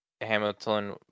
hamilton